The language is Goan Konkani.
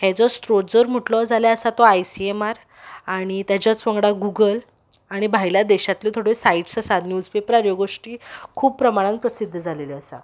हेजो स्त्रोत जर म्हुटलो जाल्यार आसा तो आय सी एम आर आणी ताज्याच वांगडा गुगल आनी भायल्या देशांतल्यो थोड्यो सायट्स आसात न्युवज पेपरार ह्यो गोश्टी खूब प्रमाणान प्रसिद्द जालेल्यो आसा